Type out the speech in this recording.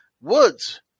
Woods